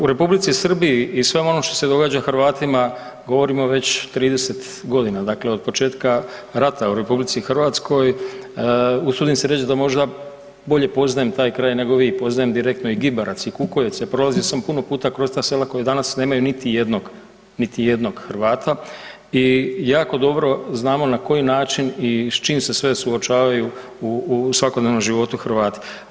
U R. Srbiji i svemu onom što se događa Hrvatima, govorimo već 30 godina, dakle od početka rata u RH, usudim se reći da možda bolje poznajem taj kraj nego vi, poznajem direktno i Gibarac i Kukujevce, prolazio sam puno puta kroz ta sela koja danas nemaju niti jednog, niti jednog Hrvata i jako dobro znamo na koji način i s čim se sve suočavaju u svakodnevnom životu Hrvati.